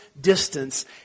distance